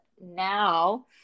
now